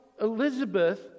Elizabeth